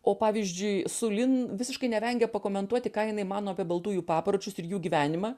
o pavyzdžiui sulin visiškai nevengia pakomentuoti ką jinai mano apie baltųjų papročius ir jų gyvenimą